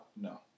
No